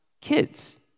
kids